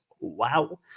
Wow